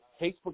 Facebook